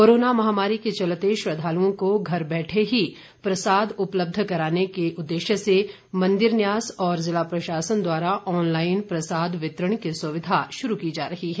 corona महामारी के चलते श्रद्वालुओं को घर बैठे ही प्रसाद उपलब्ध करवाने के उद्देश्य से मंदिर न्यास और जिला प्रशासन द्वारा ऑनलाईन प्रसाद वितरण की सुविधा शुरू की जा रही है